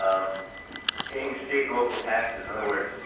um paying state and local taxes. in other words,